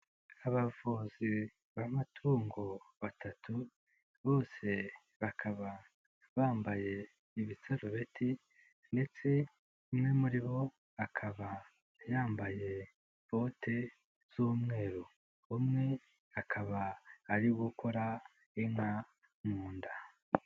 Abavuzi b'amatungo batatu bose bakaba bambaye ibisarubeti ndetse umwe muri bo akaba yambaye bote z'umweru. Umwe akaba ari gukora inka mu nda.